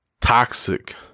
toxic